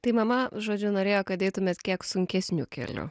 tai mama žodžiu norėjo kad eitumėt kiek sunkesniu keliu